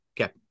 Okay